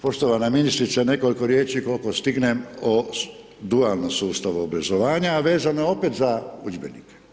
Poštovana ministrice, nekoliko riječi kolko stignem o dualnom sustavu obrazovanja, a vezano je opet za udžbenike.